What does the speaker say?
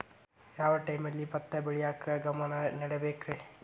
ಯಾವ್ ಟೈಮಲ್ಲಿ ಭತ್ತ ಬೆಳಿಯಾಕ ಗಮನ ನೇಡಬೇಕ್ರೇ?